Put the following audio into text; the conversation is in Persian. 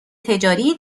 تجاری